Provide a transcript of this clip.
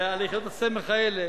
ועל יחידות הסמך האלה